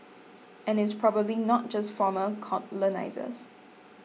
and it's probably not just former colonisers